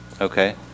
Okay